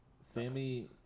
Sammy